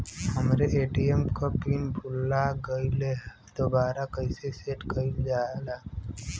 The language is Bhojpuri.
हमरे ए.टी.एम क पिन भूला गईलह दुबारा कईसे सेट कइलजाला?